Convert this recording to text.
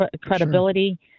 credibility